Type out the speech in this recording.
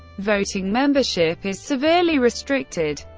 voting membership is severely restricted.